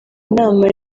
inama